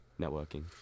networking